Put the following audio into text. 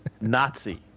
Nazi